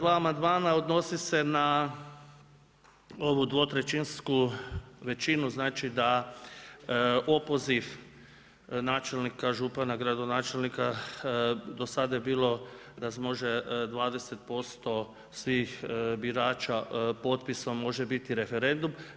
Odnosi se na ovu dvotrećinsku većinu, znači da opoziv načelnika, župana, gradonačelnika do sada je bilo da se može 20% svih birača potpisom može biti referendum.